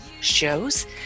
shows